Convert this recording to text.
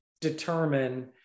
determine